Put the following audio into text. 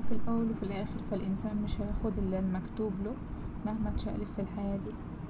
وفي الأول وفي الأخر فا الإنسان مش هياخد إلا اللي مكتوب له مهما اتشقلب في الحياة دي.